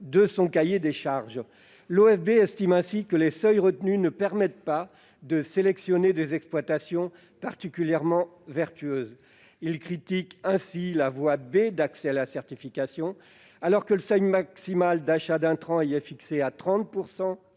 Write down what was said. de son cahier des charges. L'OFB estime que « les seuils retenus ne permettent pas de sélectionner des exploitations particulièrement vertueuses ». Il critique ainsi la voie B d'accès à la certification : alors que le seuil maximal d'achat d'intrants y est fixé à 30